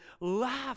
laugh